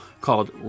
called